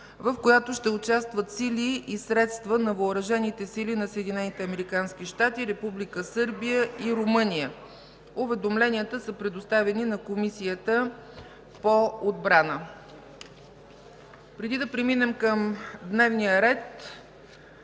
в която ще участват сили и средства на Въоръжените сили на Съединените американски щати, Република Сърбия и Румъния. Уведомленията са предоставени на Комисията по отбраната. Преди да преминем към дневния ред,